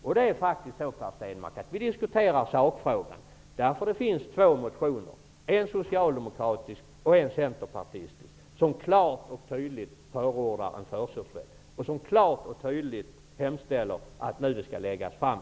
Vi diskuterar faktiskt sakfrågan, Per Stenmarck, därför att det finns två motioner, en socialdemokratisk och en centerpartistisk som klart och tydligt förordar en förköpsrätt och hemställer om att ett klart förslag skall läggas fram.